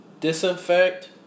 disinfect